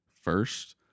first